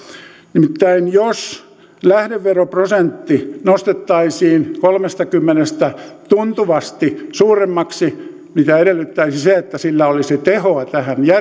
nimittäin jos lähdeveroprosentti nostettaisiin kolmestakymmenestä tuntuvasti nykyistä suuremmaksi se että sillä olisi tehoa